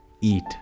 eat